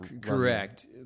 correct